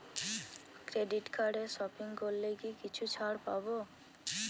Credit কার্ডে shopping করলে কি কিছু ছাড় পাব?